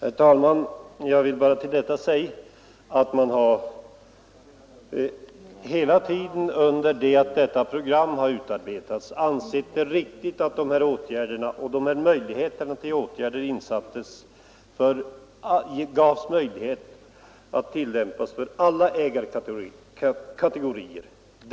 Herr talman! Jag vill bara till detta säga alt iman hela tiden medan detta program utarbetats har ansett det riktigt att statsstöd beviljas för skogsvårdsinsatser åt alla ägarkategorier.